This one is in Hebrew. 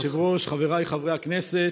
אדוני היושב-ראש, חבריי חברי הכנסת,